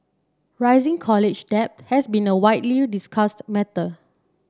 rising college debt has been a widely discussed matter